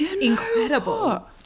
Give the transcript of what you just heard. incredible